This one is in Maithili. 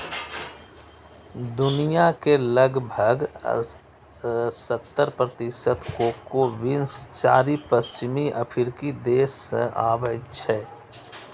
दुनिया के लगभग सत्तर प्रतिशत कोको बीन्स चारि पश्चिमी अफ्रीकी देश सं आबै छै